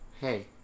Hey